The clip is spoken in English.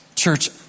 church